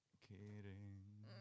kidding